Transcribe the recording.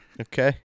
Okay